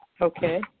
Okay